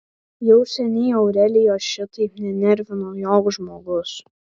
jau seniai aurelijos šitaip nenervino joks žmogus